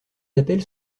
appels